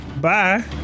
Bye